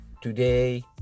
Today